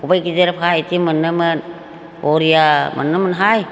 खबाइ गेजेरफा बेदि मोनोमोन बरिया मोनोमोनहाय